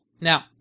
Now